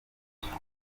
cyo